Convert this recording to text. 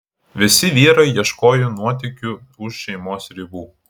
visi vyrai ieškojo nuotykių už šeimos ribų